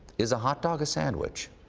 is a hot dog a sandwich?